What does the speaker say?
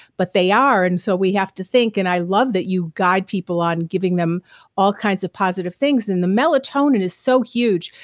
but they are. and so we have to think and i love that you guide people on giving them all kinds of positive things. and the melatonin is so huge.